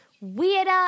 weirder